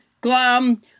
glum